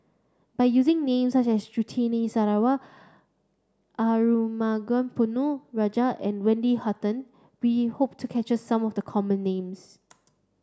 by using names such as Surtini Sarwan Arumugam Ponnu Rajah and Wendy Hutton we hope to capture some of the common names